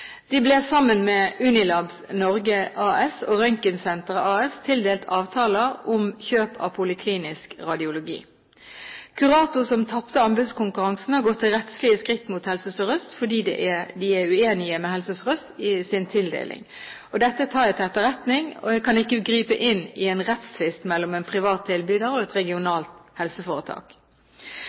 De ble sammen med Unilabs Norge AS og Røntgensenteret AS tildelt avtaler om kjøp av poliklinisk radiologi. Curato, som tapte anbudskonkurransen, har gått til rettslige skritt mot Helse Sør-Øst fordi de er uenige med Helse Sør-Østs tildeling. Dette tar jeg til etterretning. Jeg kan ikke gripe inn i en rettstvist mellom en privat tilbyder og et regionalt helseforetak.